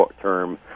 term